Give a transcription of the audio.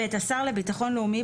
(ב) השר לביטחון לאומי,